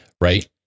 Right